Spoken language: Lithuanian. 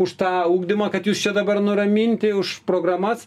už tą ugdymą kad jūs čia dabar nuraminti už programas